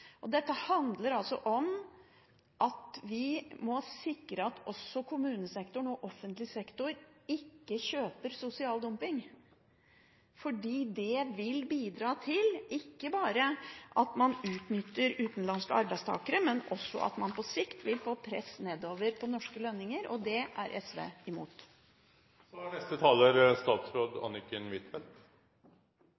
Dette handler altså om at vi må sikre at verken kommunesektoren eller offentlig sektor kjøper sosial dumping, for det vil bidra til ikke bare at man utnytter utenlandske arbeidstakere, men også til at man på sikt vil få press nedover på norske lønninger. Det er SV imot. Jeg er